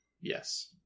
yes